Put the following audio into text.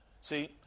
See